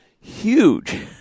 huge